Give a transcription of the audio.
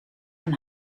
van